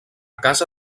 casa